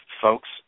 folks